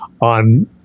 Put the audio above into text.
on